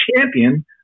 champion